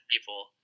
people